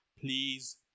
Please